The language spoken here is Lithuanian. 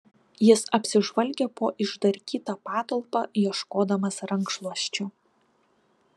jis apsižvalgė po išdarkytą patalpą ieškodamas rankšluosčio